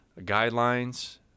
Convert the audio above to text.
guidelines